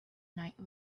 night